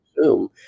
assume